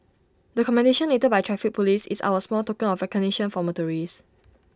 the commendation letter by traffic Police is our small token of recognition for motorists